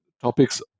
topics